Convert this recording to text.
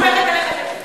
אני סומכת עליך,